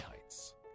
Heights